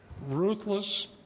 ruthless